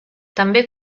també